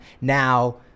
Now